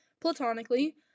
platonically